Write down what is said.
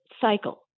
cycle